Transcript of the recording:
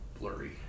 blurry